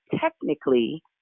technically